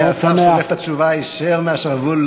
שימי לב שהשר שולף את התשובה היישר מהשרוול,